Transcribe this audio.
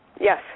Yes